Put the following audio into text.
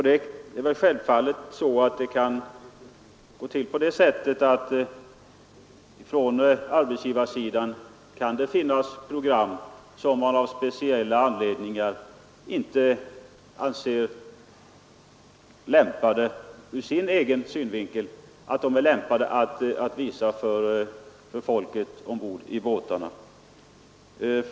Det kan självfallet finnas program som arbetsgivarsidan av speciella anledningar ur sin synvinkel sett inte anser lämpade att visas för folket ombord på båtarna.